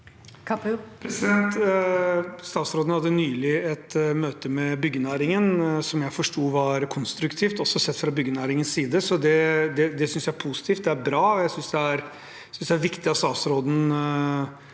Statsråden hadde nylig et møte med byggenæringen, som jeg forsto var konstruktivt, også sett fra byggenæringens side. Det synes jeg er positivt, det er bra, og jeg synes det er viktig at statsråden